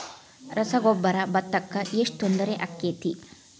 ರಸಗೊಬ್ಬರ, ಭತ್ತಕ್ಕ ಎಷ್ಟ ತೊಂದರೆ ಆಕ್ಕೆತಿ?